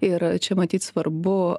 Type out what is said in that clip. ir čia matyt svarbu